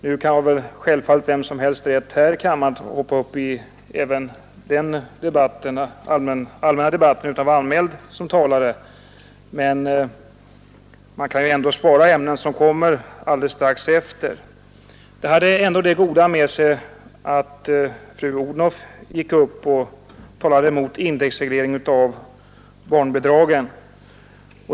Nu har självfallet vem som helst här i kammaren rätt att delta även i den allmänna debatten utan att vara anmäld i förväg, men man kan ändå spara ämnen, som kommer upp strax efter. Detta hade dock det goda med sig att fru Odhnoff gick upp och talade om indexreglering av barnbidragen.